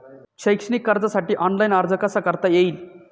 शैक्षणिक कर्जासाठी ऑनलाईन अर्ज कसा करता येईल?